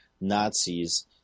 Nazis